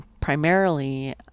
primarily